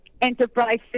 enterprises